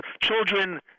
children